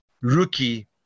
Rookie